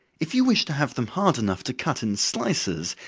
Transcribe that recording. if you wish to have them hard enough to cut in slices,